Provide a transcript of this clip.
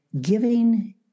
giving